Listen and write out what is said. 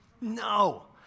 No